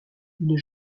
une